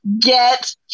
Get